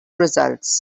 results